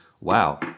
wow